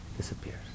Disappears